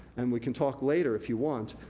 and we can talk later, if you want,